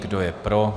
Kdo je pro?